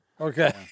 Okay